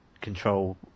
control